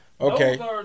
Okay